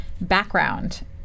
background